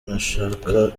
nashaka